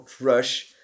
rush